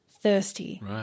Thirsty